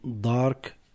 dark